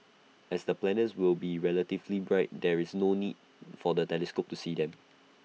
as the planets will be relatively bright there is no need for the telescope to see them